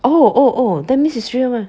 oh oh oh that means it's real